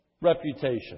reputation